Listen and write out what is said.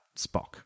Spock